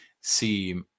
see